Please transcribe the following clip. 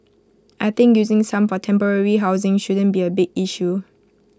I think using some for temporary housing shouldn't be A big issue